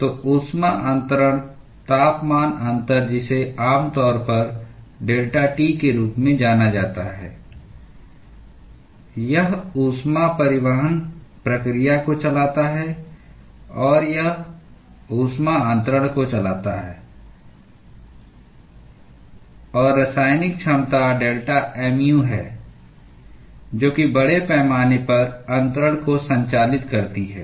तो ऊष्मा अन्तरण तापमान अंतर जिसे आम तौर पर डेल्टा T के रूप में जाना जाता है यह ऊष्मा परिवहन प्रक्रिया को चलाता है या ऊष्मा अन्तरण को चलाता है और रासायनिक क्षमता डेल्टा mu है जो कि बड़े पैमाने पर अन्तरण को संचालित करती है